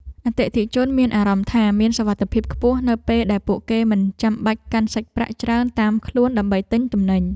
អតិថិជនមានអារម្មណ៍ថា មានសុវត្ថិភាពខ្ពស់នៅពេលដែលពួកគេមិនចាំបាច់កាន់សាច់ប្រាក់ច្រើនតាមខ្លួនដើម្បីទិញទំនិញ។